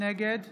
נגד